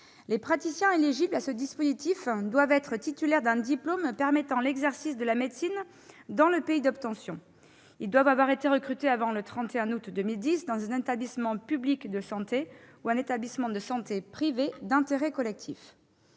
Les praticiens éligibles à ce mécanisme doivent être titulaires d'un diplôme permettant l'exercice de la médecine dans le pays d'obtention. Ils doivent avoir été recrutés avant le 3 août 2010 dans un établissement public de santé ou un établissement de santé privé d'intérêt collectif.